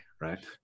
right